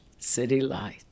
citylights